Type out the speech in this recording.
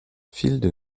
field